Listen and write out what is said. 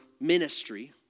ministry